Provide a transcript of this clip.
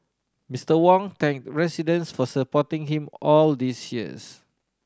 Mister Wong thanked residents for supporting him all these years